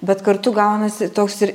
bet kartu gaunasi toks ir